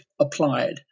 applied